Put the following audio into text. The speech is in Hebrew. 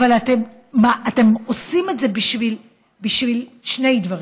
אתם עושים את זה בשביל שני דברים: